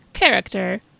character